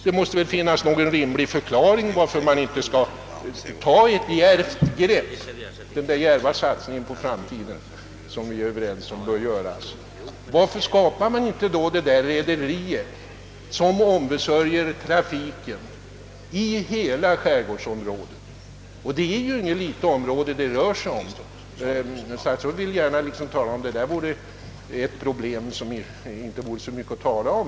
Det måste väl finnas någon rimlig förklaring varför man inte skall ta ett djärvt grepp, göra den djärva satsningen på framtiden som vi alla är överens om bör göras. Varför skapar man inte ett enda rederi som ombesörjer trafiken i hela skärgårdsområdet? Det är inte något litet område det gäller. Statsrådet vill gärna resonera som om det rör sig om ett problem som inte är mycket att orda om.